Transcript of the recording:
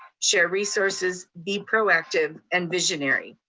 share resources, be proactive and visionary.